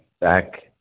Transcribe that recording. back